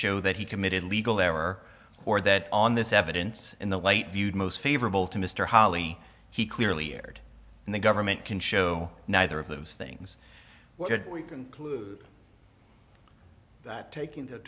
show that he committed legal error or that on this evidence in the light viewed most favorable to mr holly he clearly erred and the government can show neither of those things what did we conclude that taking the